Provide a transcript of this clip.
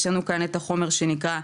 יש לנו כאן את החומר שנקרא,